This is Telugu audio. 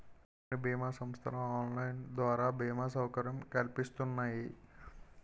కొన్ని బీమా సంస్థలు ఆన్లైన్ ద్వారా బీమా సౌకర్యం కల్పిస్తున్నాయి